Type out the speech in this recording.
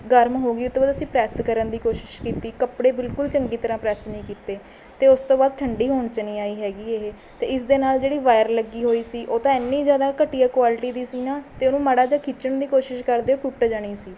ਗਰਮ ਹੋ ਗਈ ਉਹ ਤੋਂ ਬਾਅਦ ਅਸੀਂ ਪ੍ਰੈੱਸ ਕਰਨ ਦੀ ਕੋਸ਼ਿਸ਼ ਕੀਤੀ ਕੱਪੜੇ ਬਿਲਕੁਲ ਚੰਗੀ ਤਰ੍ਹਾਂ ਪ੍ਰੈੱਸ ਨਹੀਂ ਕੀਤੇ ਅਤੇ ਉਸ ਤੋਂ ਬਾਅਦ ਠੰਡੀ ਹੋਣ 'ਚ ਹੀ ਨਹੀਂ ਆਈ ਹੈਗੀ ਇਹ ਅਤੇ ਇਸਦੇ ਨਾਲ਼ ਜਿਹੜੇ ਵਾਇਰ ਲੱਗੀ ਹੋਈ ਸੀ ਉਹ ਤਾਂ ਇੰਨੀ ਜ਼ਿਆਦਾ ਘਟੀਆ ਕੋਆਲਿਟੀ ਦੀ ਸੀ ਨਾ ਅਤੇ ਉਹਨੂੰ ਮਾੜਾ ਜਿਹਾ ਖਿੱਚਣ ਦੀ ਕੋਸ਼ਿਸ਼ ਕਰਦੇ ਉਹ ਟੁੱਟ ਜਾਣੀ ਸੀ